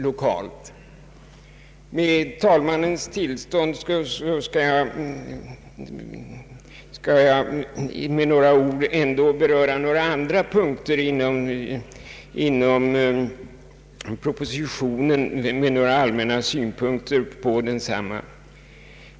Med herr talmannens tillstånd skall jag i detta sammanhang med några ord beröra även ett par andra saker inom propositionen och då anföra några allmänna synpunkter.